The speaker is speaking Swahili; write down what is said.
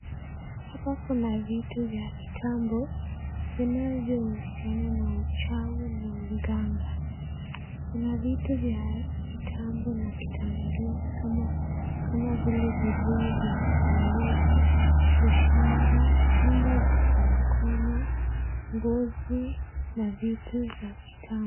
Hapa kuna vitu vya kitambo vinavyohusiana na uchawi na uganga, kuna vitu vya kitambo na kitamaduni kama vile vibuyu vya kienyeji, ushanga, nyumba za konokono, ngozi na vitu za kitambo.